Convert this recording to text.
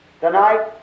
Tonight